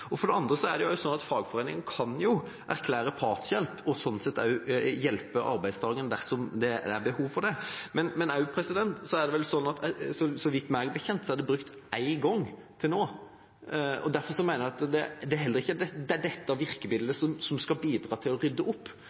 på vegne av andre. Og for det andre er det også slik at fagforeningen kan erklære partshjelp, og slik sett hjelpe arbeidstakaren dersom det er behov for det. Meg bekjent er det brukt én gang til nå. Derfor mener jeg heller ikke at dette er virkemidlet som skal bidra til å rydde opp.